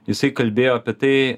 jisai kalbėjo apie tai